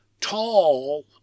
tall